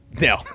No